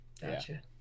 Gotcha